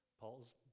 Paul's